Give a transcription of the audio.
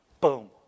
Boom